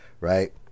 Right